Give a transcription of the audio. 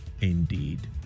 indeed